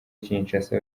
kinshasa